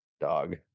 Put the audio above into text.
dog